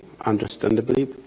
understandably